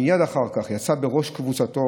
ומייד אחר כך יצא בראש קבוצתו